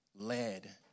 led